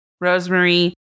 Rosemary